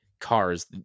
cars